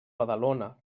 badalona